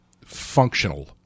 functional